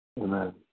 Amen